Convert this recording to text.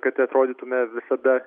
kad atrodytume visada